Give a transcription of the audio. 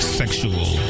sexual